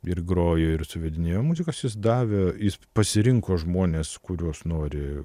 ir grojo ir suvedinėjo muzikas jis davė jis pasirinko žmones kuriuos nori